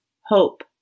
Hope